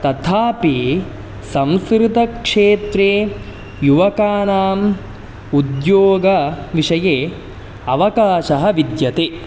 तथापि संस्कृतक्षेत्रे युवकानाम् उद्योगविषये अवकाशः विद्यते